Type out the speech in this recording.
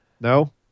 No